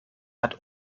hat